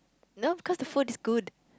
no because the food is good